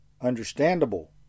understandable